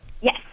yes